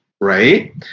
right